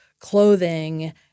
clothing